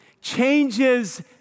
changes